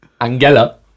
Angela